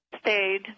stayed